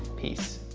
peace.